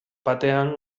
batean